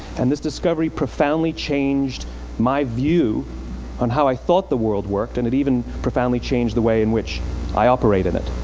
and this discovery profoundly changed my view on how i thought the world worked, and it even profoundly changed the way in which i operate in it.